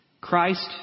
Christ